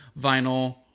vinyl